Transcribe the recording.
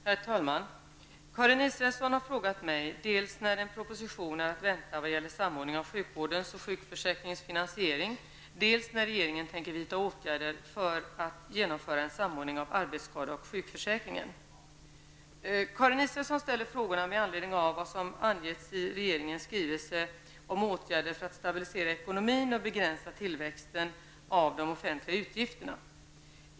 Herr talman! Karin Israelsson har frågat mig dels när en proposition är att vänta vad gäller samordning av sjukvårdens och sjukförsäkringens finansiering, dels när regeringen tänker vidta åtgärder för att genomföra en samordning av arbetsskade och sjukförsäkringen. Karin Israelsson ställer frågorna med anledning av vad som angetts i regeringens skrivelse 1990/91:50 om åtgärder för att stabilisera ekonomin och begränsa tillväxten av de offentliga utgifterna.